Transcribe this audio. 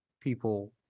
people